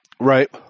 Right